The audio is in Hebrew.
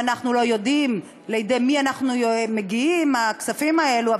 ואנחנו לא יודעים לידי מי מגיעים הכספים האלה,